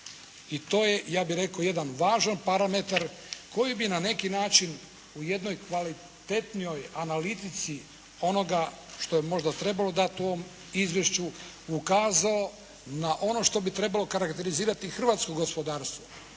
i to je ja bih rekao jedan važan parametar koji bi na neki način u jednoj kvalitetnijoj analitici onoga što bi možda trebalo dati u ovom izvješću ukazao na ono što bi trebalo karakterizirati hrvatsko gospodarstvo,